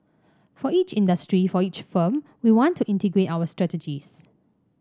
for each industry for each firm we want to integrate our strategies